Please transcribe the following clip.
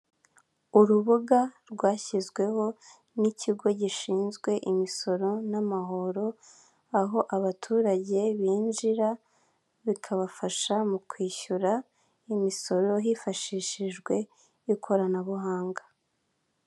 Urubuga rwashyizweho n'ikigo gishinzwe imisoro n'amahoro aho abaturage binjira bikabafasha mu kwishyura imisoro hifashishijwe ikoranabuhanga.